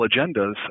agendas